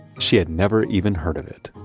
she had never even heard of it